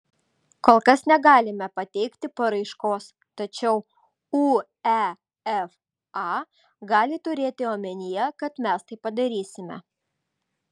kol kas negalime pateikti paraiškos tačiau uefa gali turėti omenyje kad mes tai padarysime